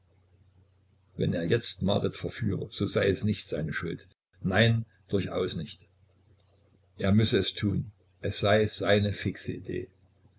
wenn er jetzt marit verführe so sei es nicht seine schuld nein durchaus nicht er müsse es tun es sei seine fixe idee